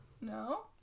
No